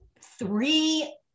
three